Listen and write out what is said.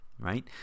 right